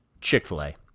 Chick-fil-A